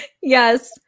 yes